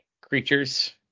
creatures